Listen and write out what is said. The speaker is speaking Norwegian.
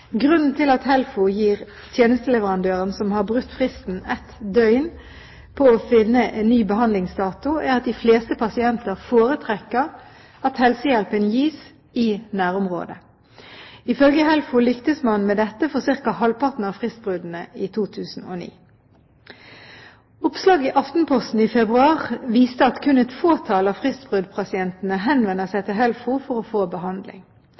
Grunnen til at HELFO gir tjenesteleverandøren som har brutt fristen, ett døgn på å finne ny behandlingsdato, er at de fleste pasienter foretrekker at helsehjelpen gis i nærområdet. Ifølge HELFO lyktes man med dette for ca. halvparten av fristbruddene i 2009. Oppslaget i Aftenposten i februar viste at kun et fåtall av fristbruddpasientene henvender seg til HELFO for å få behandling.